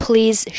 Please